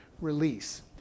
release